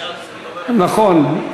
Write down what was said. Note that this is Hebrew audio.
נכון,